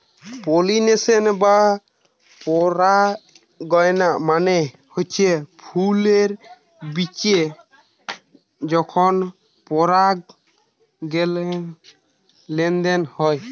pollination বা পরাগায়ন মানে হচ্ছে ফুলের বিচে যখন পরাগলেনার লেনদেন হচ্ছে